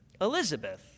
Elizabeth